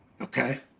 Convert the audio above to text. Okay